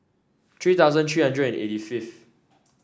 three thousand three hundred and eighty fifth